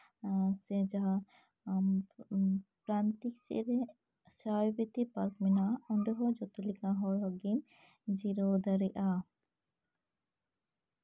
ᱥᱮ ᱡᱟᱦᱟᱸ ᱩᱸ ᱩᱸ ᱯᱨᱟᱱᱛᱤᱠ ᱥᱮᱡ ᱨᱮ ᱥᱟᱭᱮᱨᱵᱤᱛᱷᱤ ᱯᱟᱨᱠ ᱢᱮᱱᱟᱜ ᱚᱸᱰᱮ ᱦᱚᱸ ᱡᱷᱚᱛᱚ ᱞᱮᱠᱟᱱ ᱦᱚᱲ ᱜᱮ ᱡᱤᱨᱟᱹᱣ ᱫᱟᱲᱮᱭᱟᱜᱼᱟ